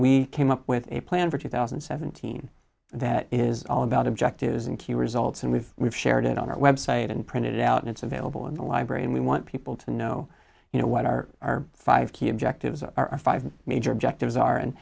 we came up with a plan for two thousand and seventeen that is all about objectives and key results and we've we've shared it on our website and printed it out and it's available in the library and we want people to know you know what are our five key objectives are our five major objectives are and